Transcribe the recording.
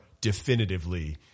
Definitively